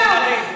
זהו.